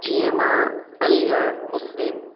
जीअं मां अलीगढ़ मुस्लिम